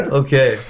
okay